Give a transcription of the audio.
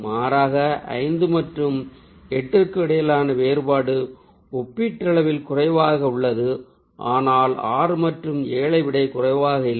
மாறாக 5 மற்றும் 8 க்கு இடையிலான வேறுபாடு ஒப்பீட்டளவில் குறைவாக உள்ளது ஆனால் 6 மற்றும் 7 ஐ விட குறைவாக இல்லை